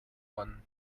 one